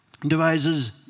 devises